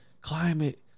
climate